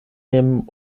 nehmen